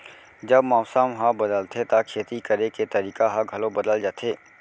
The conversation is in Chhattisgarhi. जब मौसम ह बदलथे त खेती करे के तरीका ह घलो बदल जथे?